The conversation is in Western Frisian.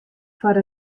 foar